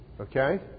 Okay